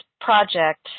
project